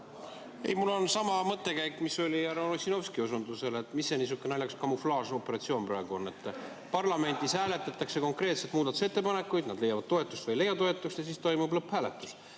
Mul on sama mõttekäik, mis oli härra Ossinovskil osunduse puhul, et mis niisugune naljakas kamuflaažoperatsioon praegu on? Parlamendis hääletatakse konkreetseid muudatusettepanekuid. Nad leiavad toetust või ei leia toetust, ja siis toimub lõpphääletus.